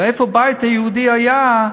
ואיפה הבית היהודי היה,